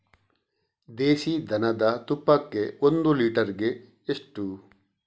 ದೇಸಿ ದನದ ತುಪ್ಪಕ್ಕೆ ಒಂದು ಲೀಟರ್ಗೆ ಎಷ್ಟು?